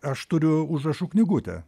aš turiu užrašų knygutę